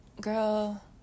girl